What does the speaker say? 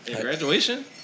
graduation